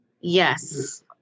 yes